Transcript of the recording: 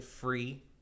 free